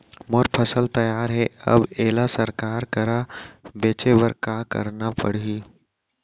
मोर फसल तैयार हे अब येला सरकार करा बेचे बर का करना पड़ही?